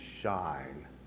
shine